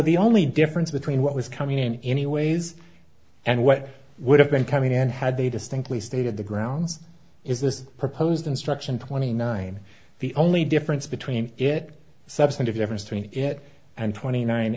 the only difference between what was coming in anyways and what would have been coming in had they distinctly stated the grounds is this proposed instruction twenty nine the only difference between it substantive difference between it and twenty nine